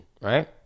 Right